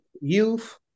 youth